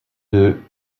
deux